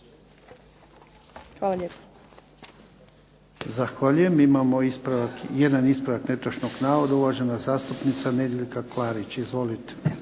Ivan (HDZ)** Zahvaljujem. Imamo jedan ispravak netočnog navoda. Uvažena zastupnica Nedjeljka Klarić. Izvolite.